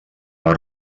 les